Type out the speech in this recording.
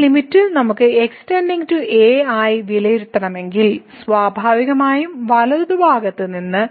ഈ ലിമിറ്റ് നമ്മൾ x → a ആയി വിലയിരുത്തണമെങ്കിൽ സ്വാഭാവികമായും വലതുഭാഗത്ത് നിന്ന്